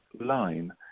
line